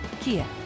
Kia